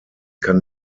kann